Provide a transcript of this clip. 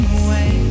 away